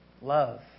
love